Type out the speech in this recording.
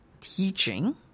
teaching